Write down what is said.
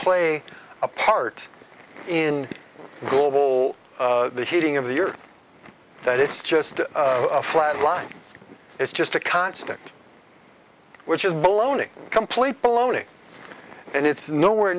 play a part in global heating of the year that it's just a flat line it's just a constant which is baloney complete baloney and it's nowhere